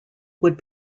would